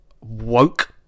woke